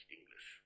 English